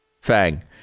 Fang